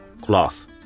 Cloth